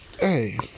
Hey